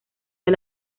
del